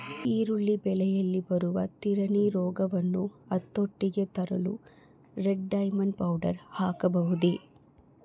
ಈರುಳ್ಳಿ ಬೆಳೆಯಲ್ಲಿ ಬರುವ ತಿರಣಿ ರೋಗವನ್ನು ಹತೋಟಿಗೆ ತರಲು ರೆಡ್ ಡೈಮಂಡ್ ಪೌಡರ್ ಹಾಕಬಹುದೇ?